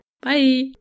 Bye